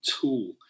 tool